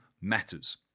matters